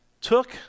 took